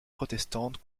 protestantes